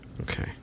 Okay